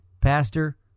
pastor